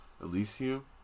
Elysium